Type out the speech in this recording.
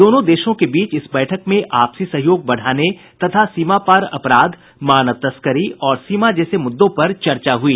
दोनों देशों के बीच इस बैठक में आपसी सहयोग बढ़ाने तथा सीमा पार अपराध मानव तस्करी और सीमा जैसे मुद्दों पर चर्चा की गई